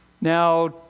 Now